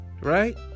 Right